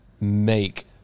make